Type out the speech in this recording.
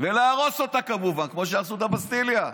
ולהרוס אותה, כמובן, כמו שהרסו את הבסטיליה.